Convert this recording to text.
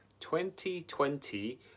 2020